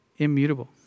Immutable